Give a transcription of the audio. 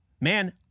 man